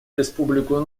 республику